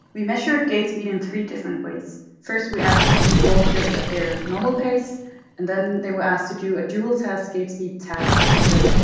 we measured gait speed in three different ways. first we asked them to walk just at their normal pace and then they were asked to do a dual test, gait speed task, as you said,